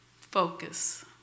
focus